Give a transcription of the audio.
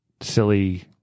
silly